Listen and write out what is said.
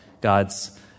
God's